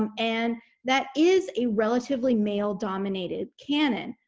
um and that is a relatively male dominated canon.